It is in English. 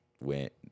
went